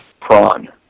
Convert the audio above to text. Prawn